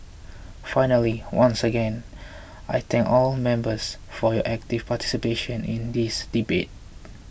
finally once again I thank all members for your active participation in this debate